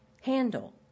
handle